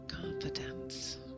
confidence